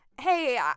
hey